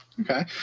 Okay